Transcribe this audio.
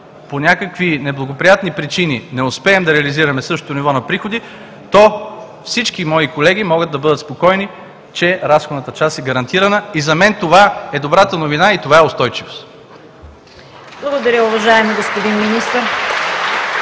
по някакви неблагоприятни причини не успеем да реализираме същото ниво на приходи, то всички мои колеги могат да бъдат спокойни, че разходната част е гарантирана и за мен това е добрата новина и това е устойчивост. (Ръкопляскания от